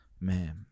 Man